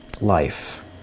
life